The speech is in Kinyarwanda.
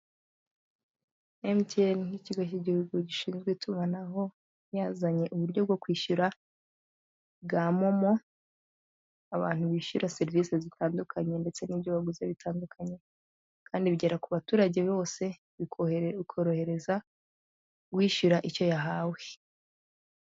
MTN ni kigo cy'igihugu gishinzwe itumanaho, yazanye uburyo bwo kwishyura bwa Momo abantu bishyura serivisi zitandukanye ndetse n'ibyo baguze bitandukanye, kandi bigera ku baturage bose bikorohereza uwishyura wese icyo yahawe.